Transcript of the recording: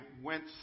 went